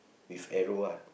with arrow ah